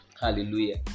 Hallelujah